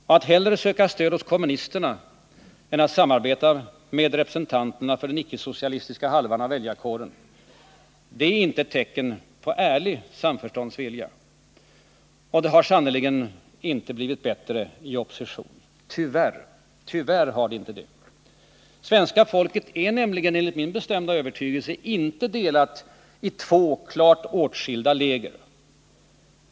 Och att hellre söka stöd hos kommunisterna än att samarbeta med representanterna för den icke-socialistiska halvan av väljarkåren är inte ett tecken på ärlig samförståndsvilja. Och det har sannerligen inte blivit bättre i opposition — tyvärr har det inte det. Svenska folket är nämligen — enligt min bestämda övertygelse — inte delat i två klart åtskilda läger.